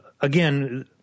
again